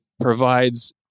provides